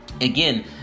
Again